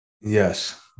Yes